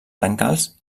brancals